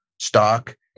stock